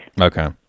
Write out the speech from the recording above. Okay